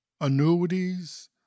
annuities